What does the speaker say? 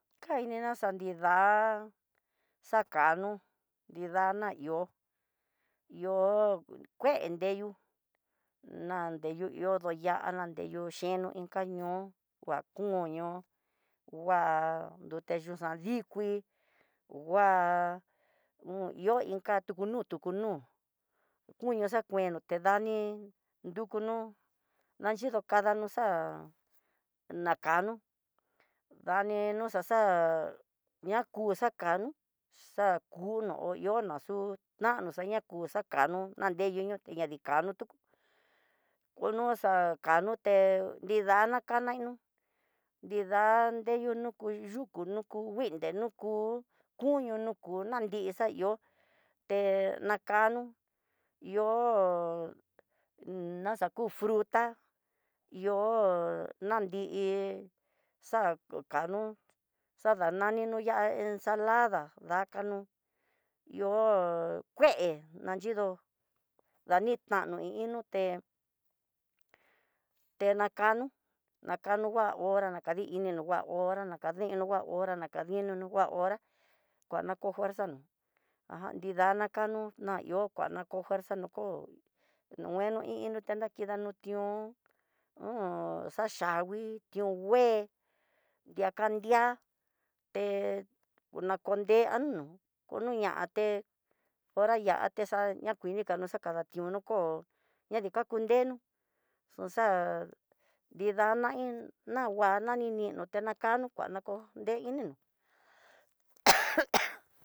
Kainina xa nida, xakano nridana ihó yo kue nreyu, nandeyu ihó do ya nanreyu xhino inka ñoo kuakunó, kua nrute nruxa dikii ngua ihó inka tu ñoo tuku nu tuku nu, kuño xakueno tidani, nukuno naxhido kada nuxa'á nakano ndani noxa xa'á, ña ku xakano xa kuno ho ihono xu, nana ña ku xakano nayedo noti no nrikano tu kono xakanoté, nridaina xakanano nrida neyu nu yuku nú, nuku nguile nuku kuñu nruku nanrixaió, te nakano ihó naxaku fruta ihó nanri xa kano xa dananinro yá, ensalada kanano ihó kué nanyido nanitano inó té tenakano nakano ngua hora, nakadi ininro ngua hora nakadino ngua hora nakandinó, inu no ngua hora kuana ku fuerza no ajan nrida na kano na ihó kuan ko fuerza nako ngueno i ino ta nakidano no tión hu hó xachangui, tion ngue nakandiá he nrakondiano kono yate hora yate ñakuini yano xakadatión noko yadii kakun ndenó xonxa nrinada iin na ngua nani te nakanote kua nako.